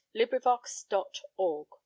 LibriVox.org